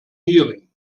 nearing